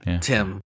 Tim